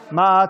קרעי,